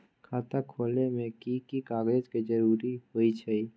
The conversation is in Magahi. खाता खोले में कि की कागज के जरूरी होई छइ?